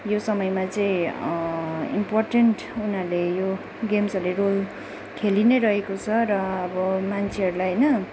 यो समयमा चाहिँ इम्पोर्टेन्ट उनीहरूले यो गेम्सहरूले रोल खेली नै रहेको छ र अब मान्छेहरूलाई होइन